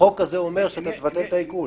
החוק הזה אומר שאתה תבטל את העיקול.